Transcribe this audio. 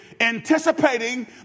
anticipating